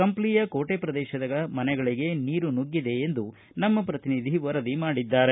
ಕಂಪ್ಲಿಯ ಕೋಟೆ ಪ್ರದೇಶದ ಮನೆಗಳಿಗೆ ನೀರು ನುಗ್ಗಿದೆ ಎಂದು ನಮ್ಮ ಪ್ರತಿನಿಧಿ ವರದಿ ಮಾಡಿದ್ದಾರೆ